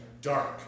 Dark